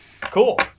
Cool